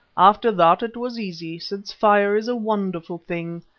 after that it was easy, since fire is a wonderful thing.